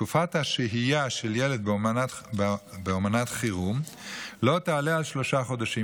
תקופת השהייה של ילד באומנת חירום לא תעלה על שלושה חודשים,